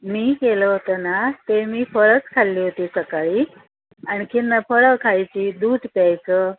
मी केलं होतं ना ते मी फळंच खाल्ली होती सकाळी आणखी फळं खायची दूध प्यायचं